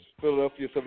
Philadelphia